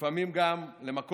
ולפעמים גם למכות,